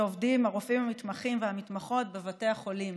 שעובדים הרופאים המתמחים והמתמחות בבתי החולים.